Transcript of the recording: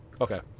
Okay